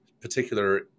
particular